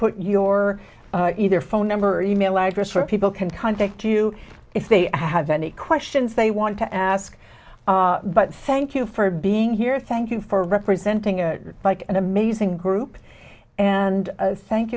put your either phone number or email address people can contact you if they i have any questions they want to ask but thank you for being here thank you for representing a bike an amazing group and oh thank